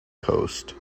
coast